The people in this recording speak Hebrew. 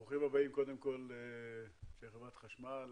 קודם כל ברוכים הבאים לחברת החשמל